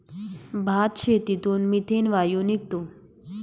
भातशेतीतून मिथेन वायू निघतो